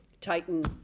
Titan